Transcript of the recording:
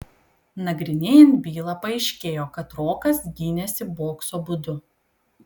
nagrinėjant bylą paaiškėjo kad rokas gynėsi bokso būdu